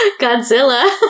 Godzilla